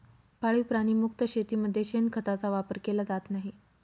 पाळीव प्राणी मुक्त शेतीमध्ये शेणखताचा वापर केला जात नाही